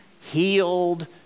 healed